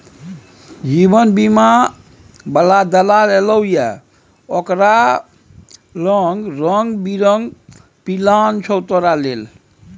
जीवन बीमा बला दलाल एलौ ये ओकरा लंग रंग बिरंग पिलान छौ तोरा लेल